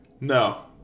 No